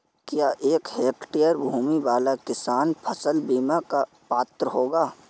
क्या एक हेक्टेयर भूमि वाला किसान फसल बीमा का पात्र होगा?